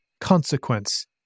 consequence